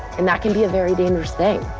and that can be a very dangerous thing